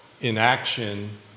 inaction